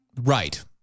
Right